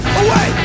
away